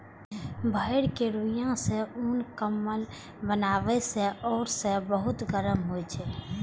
भेड़क रुइंया सं उन, कंबल बनै छै आ से बहुत गरम होइ छै